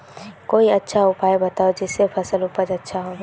कोई अच्छा उपाय बताऊं जिससे फसल उपज अच्छा होबे